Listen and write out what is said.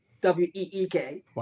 W-E-E-K